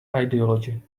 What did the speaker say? ideology